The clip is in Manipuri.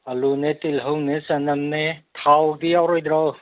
ꯑꯥꯂꯨꯅꯦ ꯇꯤꯜꯍꯧꯅꯦ ꯆꯅꯝꯅꯦ ꯊꯥꯎꯗꯤ ꯌꯥꯎꯔꯣꯏꯗ꯭ꯔꯣ